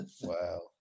wow